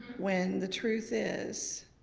when the truth is